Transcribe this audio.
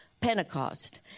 Pentecost